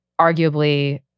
arguably